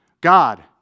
God